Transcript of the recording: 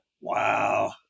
Wow